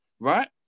right